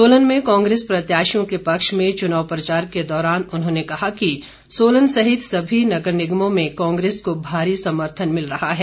सोलन में कांग्रेस प्रत्याशियों के पक्ष में चुनाव प्रचार के दौरान उन्होंने कहा कि सोलन सहित सभी नगर निगमों में कांग्रेस को भारी समर्थन मिल रहा है